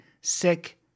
sick